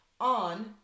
on